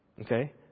Okay